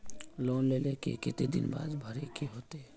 Loan लेल के केते दिन बाद भरे के होते?